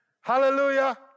Hallelujah